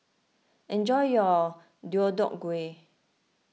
enjoy your Deodeok Gui